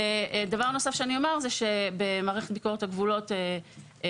דבר נוסף שאני אומר זה שבמערכת ביקורת הגבולות אנשינו